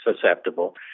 susceptible